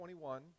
21